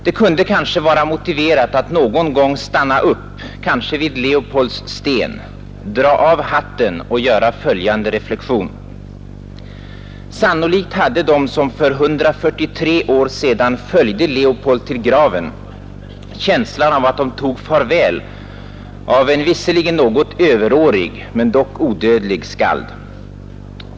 Det kunde kanske vara motiverat att någon gång stanna upp — kanske vid Leopolds sten — dra av hatten och göra följande reflexion: Sannolikt hade de som för 143 år sedan följde Leopold till graven, känslan av att de tog farväl av en visserligen något överårig men dock odödlig skald.